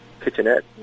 kitchenette